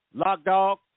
Lockdog